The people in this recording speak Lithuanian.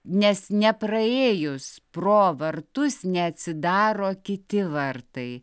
nes nepraėjus pro vartus neatsidaro kiti vartai